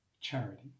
charity